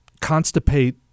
constipate